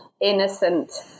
innocent